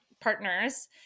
partners